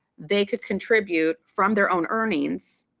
they could contribute from their own earnings,